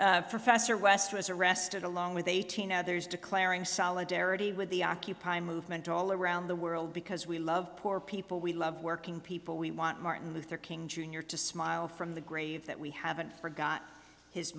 for fessor west was arrested along with eighteen others declaring solidarity with the occupy movement all around the world because we love poor people we love working people we want martin luther king jr to smile from the grave that we haven't forgot his